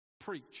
Preach